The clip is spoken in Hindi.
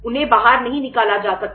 उन्हें बाहर नहीं निकाल जा सकता